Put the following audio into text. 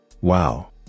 Wow